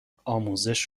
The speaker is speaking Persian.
آموزش